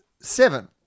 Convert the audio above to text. Seven